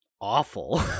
awful